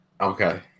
Okay